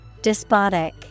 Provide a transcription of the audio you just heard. Despotic